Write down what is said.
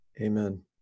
amen